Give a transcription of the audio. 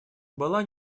была